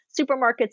supermarkets